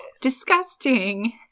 disgusting